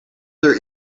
their